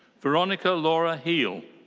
veronica laura heal.